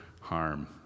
harm